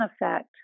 Effect